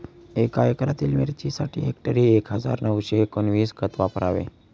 एका एकरातील मिरचीसाठी हेक्टरी एक हजार नऊशे एकोणवीस खत वापरावे